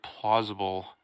plausible